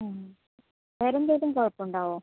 ഉം വേറെ എന്തെങ്കിലും കുഴപ്പം ഉണ്ടാകുമോ